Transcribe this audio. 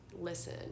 listen